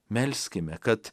melskime kad